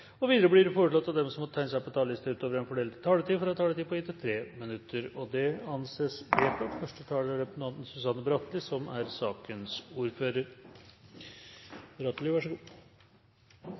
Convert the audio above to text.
taletid, Videre blir det foreslått at de som måtte tegne seg på talerlisten utover den fordelte taletid, får en taletid på inntil 3 minutter. – Det anses vedtatt. Dette er en viktig dag. Hvis representanten